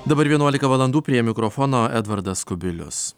dabar vienuolika valandų prie mikrofono edvardas kubilius